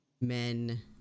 men